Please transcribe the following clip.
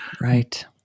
right